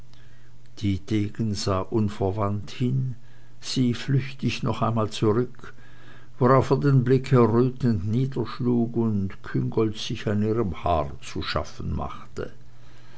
dietegen sah unverwandt hin sie flüchtig noch einmal zurück worauf er den blick errötend niederschlug und küngolt sich an ihrem haar zu schaffen machte